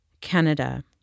Canada